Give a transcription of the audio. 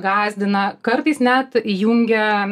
gąsdina kartais net įjungia